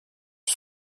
sur